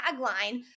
tagline